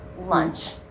lunch